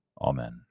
Amen